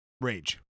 Rage